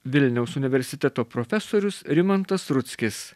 vilniaus universiteto profesorius rimantas rudzkis